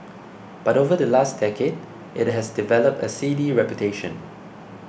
but over the last decade it has developed a seedy reputation